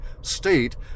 state